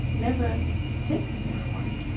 never take any wife.